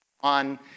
on